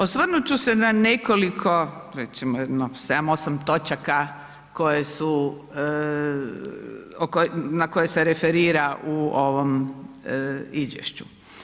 Osvrnut ću se na nekoliko, recimo jedno 7,8 točaka koje su, na koje se referira u ovom izvješću.